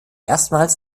erstmals